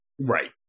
right